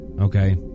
okay